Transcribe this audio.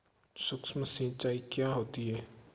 सुक्ष्म सिंचाई क्या होती है?